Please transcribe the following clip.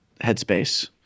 headspace